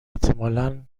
احتمالا